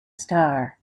star